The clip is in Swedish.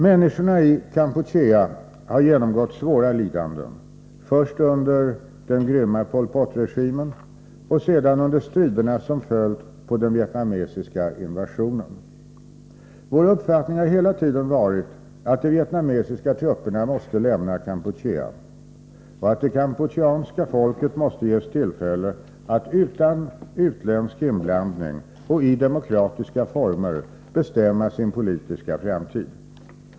Människorna i Kampuchea har genomgått svåra lidanden, först under den oerhört grymma Pol Pot-regimen och sedan under striderna som följt på den vietnamesiska invasionen. Vår uppfattning har hela tiden varit att de vietnamesiska trupperna måste lämna Kampuchea och att det kampucheanska folket måste ges tillfälle att utan utländsk inblandning och i demokratiska former bestämma sin politiska framtid.